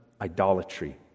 idolatry